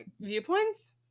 viewpoints